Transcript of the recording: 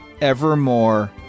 evermore